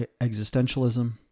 existentialism